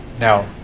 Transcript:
Now